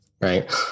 right